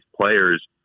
players